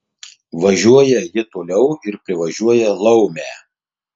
važiuoja ji toliau ir privažiuoja laumę